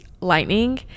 lightning